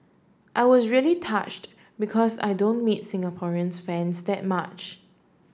I was really touched because I don't meet Singaporeans fans that much